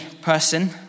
person